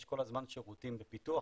יש כל הזמן שירותים בפיתוח,